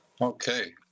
okay